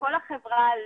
לכל החברה,